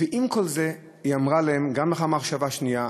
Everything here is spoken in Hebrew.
ועם כל זה היא אמרה להם, גם לאחר מחשבה שנייה: